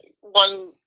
one